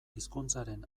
hizkuntzaren